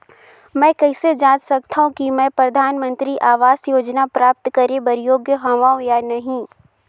मैं कइसे जांच सकथव कि मैं परधानमंतरी आवास योजना प्राप्त करे बर योग्य हववं या नहीं?